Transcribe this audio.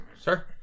sir